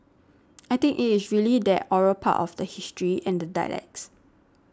I think it is really that oral part of the history and the dialects